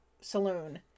saloon